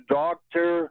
doctor